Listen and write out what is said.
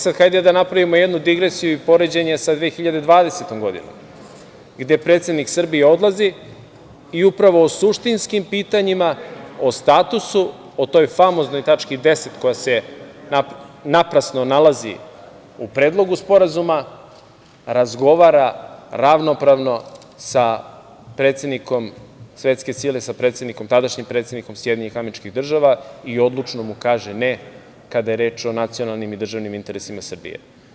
Sada, hajde da napravimo jednu digresiju i poređenje sa 2020. godinom, gde predsednik Srbije odlazi i upravo suštinskim pitanjima, o statusu, o toj famoznoj tački 10 koja se naprasno nalazi u predlogu sporazuma, razgovara ravnopravno sa predsednikom svetske sile, tadašnjim predsednikom SAD i odlučno mu kaže, ne, kad je reč o nacionalnim i državnim interesima Srbije.